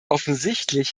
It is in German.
offensichtlich